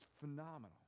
phenomenal